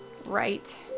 right